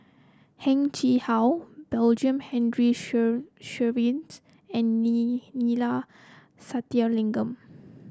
Heng Chee How Benjamin Henry Sheares and Neila Sathyalingam